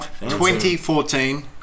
2014